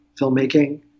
filmmaking